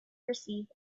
receive